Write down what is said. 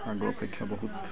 ଆଗ ଅପେକ୍ଷା ବହୁତ